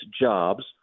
jobs